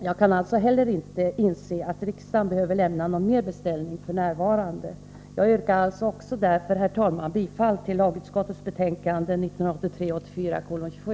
Jag kan alltså heller inte inse att riksdagen skulle behöva lämna någon ytterligare beställning f.n. Herr talman! Jag yrkar bifall till lagutskottets hemställan i dess betänkande 1983/84:27.